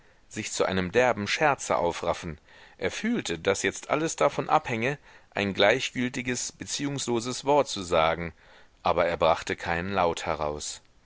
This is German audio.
sich zu einem derben scherze aufraffen er fühlte daß jetzt alles davon abhänge ein gleichgültiges beziehungsloses wort zu sagen aber er brachte keinen laut heraus